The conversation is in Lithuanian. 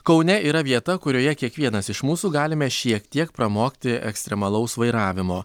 kaune yra vieta kurioje kiekvienas iš mūsų galime šiek tiek pramokti ekstremalaus vairavimo